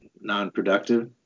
non-productive